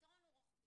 הפתרון הוא רוחבי.